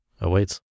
awaits